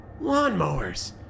Lawnmowers